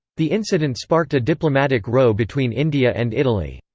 the incident sparked a diplomatic row between india and italy.